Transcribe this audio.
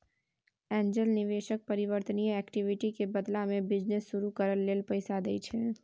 angel निवेशक परिवर्तनीय equity के बदला में बिजनेस शुरू करइ लेल पैसा दइ छै